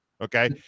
Okay